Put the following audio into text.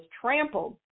trampled